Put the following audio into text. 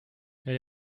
elle